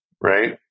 right